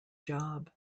job